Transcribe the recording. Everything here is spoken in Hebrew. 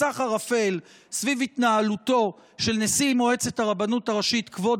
מסך ערפל סביב התנהלותו של נשיא מועצת הרבנות הראשית כבוד